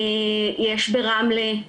יש ברמלה,